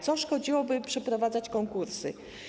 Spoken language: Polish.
Co szkodziłoby przeprowadzać konkursy?